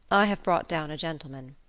i have brought down a gentleman.